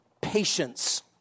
patience